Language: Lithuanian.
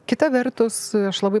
kita vertus aš labai